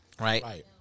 right